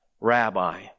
rabbi